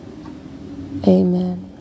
Amen